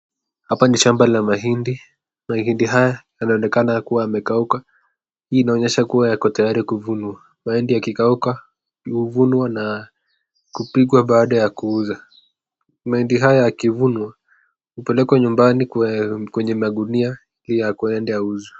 Hapa ni shamba la mahindi, mahindi haya yanaonekana kuwa yamekauka, hii inaonyesha kuwa yako tayari kuvunwa. Mahindi yakikauka huvunwa na kupikwa baada ya kuuza, mahindi haya yakivunwa, hupelekwa nyumbani kwenye magunia ili yaende yauzwe.